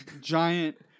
giant